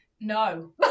no